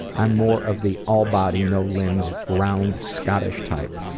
i'm more of the all body no limbs round scottish type.